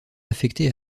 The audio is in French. affecté